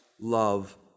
love